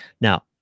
Now